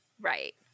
right